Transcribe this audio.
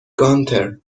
گانتر